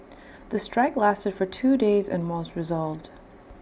the strike lasted for two days and was resolved